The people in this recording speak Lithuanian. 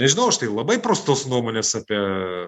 nežinau aš tai labai prastos nuomonės apie